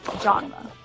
genre